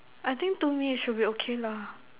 I think two minutes should be okay lah